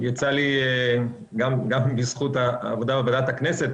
גם בזכות העבודה בוועדת הכנסת,